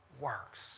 works